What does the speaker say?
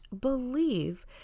believe